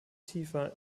tiefer